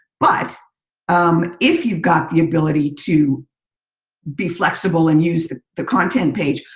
but um if you've got the ability to be flexible and use the the content page,